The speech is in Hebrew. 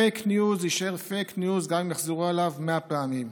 פייק ניוז יישאר פייק ניוז גם אם יחזרו עליו מאה פעמים.